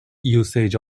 usage